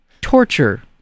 torture